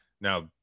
Now